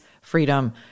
Freedom